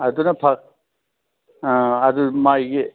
ꯑꯗꯨꯅ ꯑꯪ ꯑꯗꯨ ꯃꯥꯒꯤ